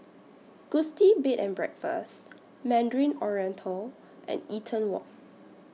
Gusti Bed and Breakfast Mandarin Oriental and Eaton Walk